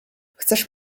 chcesz